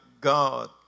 God